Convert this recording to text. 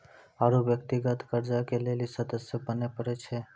आरु व्यक्तिगत कर्जा के लेली सदस्य बने परै छै